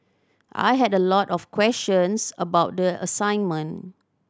I had a lot of questions about the assignment